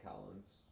Collins